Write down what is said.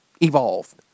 evolved